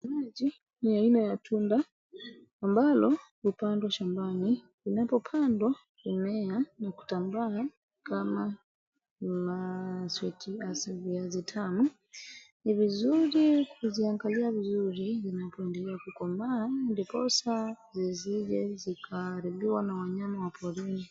tikiti maji ni aina ya tunda ambalo hupanndwa shambani inapopandwa humea na kutambaa kama viazi tamu ni vizuri kuziangalia vizuri zinapoendelea kukoma ndiposa zisije zikaharibwa na wanyama wa porini